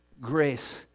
grace